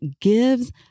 gives